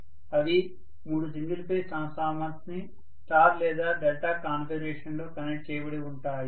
అవి మూడు single phase transformers గా స్టార్ లేదా డెల్టా కాన్ఫిగరేషన్ లో కనెక్ట్ చేయబడి ఉంటాయి